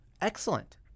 Excellent